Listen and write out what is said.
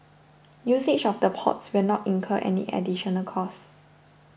usage of the ports will not incur any additional cost